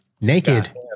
naked